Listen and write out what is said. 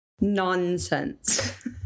Nonsense